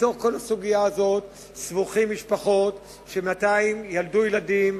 בתוך כל הסוגיה הזאת סבוכות משפחות שבינתיים ילדו ילדים,